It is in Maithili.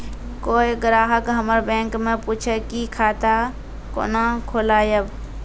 कोय ग्राहक हमर बैक मैं पुछे की खाता कोना खोलायब?